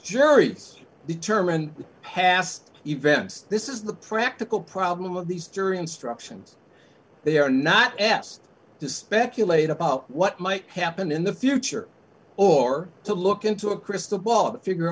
juries determine past events this is the practical problem of these jury instructions they are not asked to speculate about what might happen in the future or to look into a crystal ball to figure